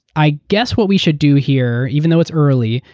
i guess what we should do here, even though it's early,